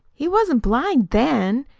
he wasn't blind then.